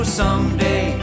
someday